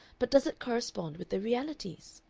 but does it correspond with the realities?